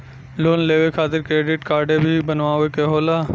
Loan लेवे खातिर credit काडे भी बनवावे के होला?